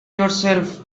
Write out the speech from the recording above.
yourself